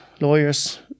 lawyers